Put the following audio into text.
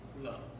Love